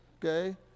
Okay